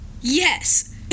Yes